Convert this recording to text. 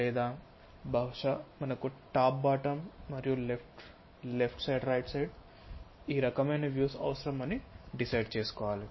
లేదా బహుశా మనకు టాప్ బాటమ్ మరియు లెఫ్ట్ సైడ్ రైట్ సైడ్ ఈ రకమైన వ్యూస్ అవసరం అని డిసైడ్ చేసుకోవాలి